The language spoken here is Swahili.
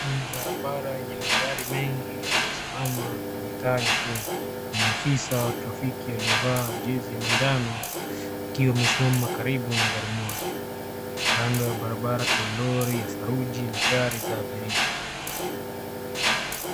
Hii barabara yenye magari mengi yanayosimama kwenye taa nyekundu. Kuna afisa wa trafiki aliyevaa jezi ya manjano akiwa amesimama karibu na gari moja. Kando ya barabara kuna lori ya saruji na gari za abiria.